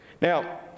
Now